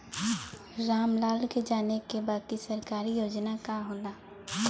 राम लाल के जाने के बा की सरकारी योजना का होला?